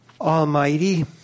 Almighty